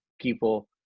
people